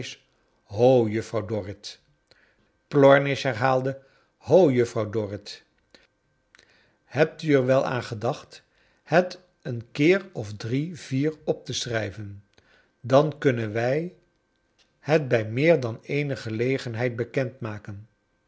ho juffrouw dorrit plornish herhaalde ho juffrouw dorrit t hebt u er wel aan gedacht het een keer of drie vier op te schrijven dan kunnen wij het bij meer dan eene gelegenheid